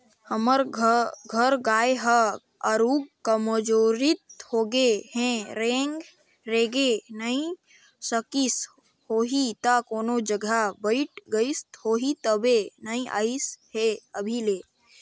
हमर घर गाय ह आरुग कमजोरहिन होगें हे रेंगे नइ सकिस होहि त कोनो जघा बइठ गईस होही तबे नइ अइसे हे अभी ले